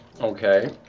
Okay